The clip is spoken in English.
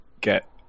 get